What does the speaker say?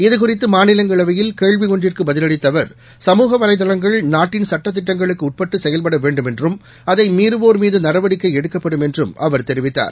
இதுகுறித்துமாநிலங்களவையில் கேள்விஒன்றுக்குபதிலளித்தஅவர் சமூக வளைதளங்கள் நாட்டின் சுட்டதிட்டங்களுக்குஉட்பட்டுசெயவ்படவேண்டும் என்றும் அதைமீறுவோர் மீதுநடவடிக்கைஎடுக்கப்படும் என்றுஅவர் தெரிவித்தார்